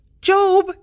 job